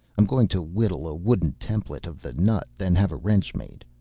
i'm going to whittle a wooden template of the nut, then have a wrench made.